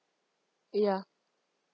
ya